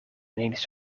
ineens